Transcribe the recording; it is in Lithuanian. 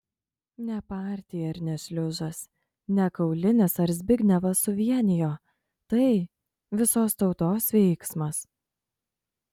ne partija ir ne šliužas ne kaulinis ar zbignevas suvienijo tai visos tautos veiksmas